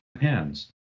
hands